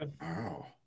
Wow